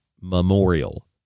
memorial